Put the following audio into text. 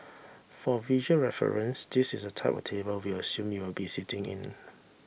for visual reference this is the type of table we assume you will be sitting in